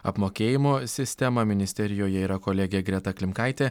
apmokėjimo sistemą ministerijoje yra kolegė greta klimkaitė